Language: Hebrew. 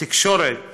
התקשורת